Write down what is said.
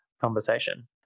conversation